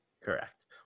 Correct